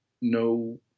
no